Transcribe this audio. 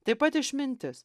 taip pat išmintis